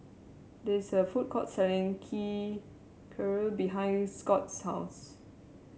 there is a food court selling Key Kheer behind Scott's house